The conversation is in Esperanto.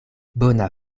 bona